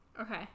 Okay